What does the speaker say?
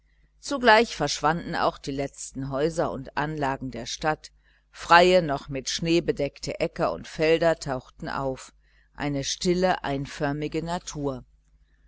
zugleich verschwanden auch die letzten häuser und anlagen der stadt freie noch mit schnee bedeckte äcker und felder tauchten auf eine stille einförmige natur